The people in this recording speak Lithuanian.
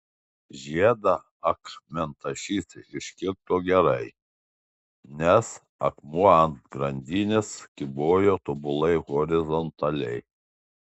žiedą akmentašys iškirto gerai nes akmuo ant grandinės kybojo tobulai horizontaliai